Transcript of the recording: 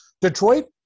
Detroit